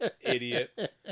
Idiot